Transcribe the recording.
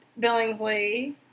Billingsley